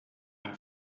are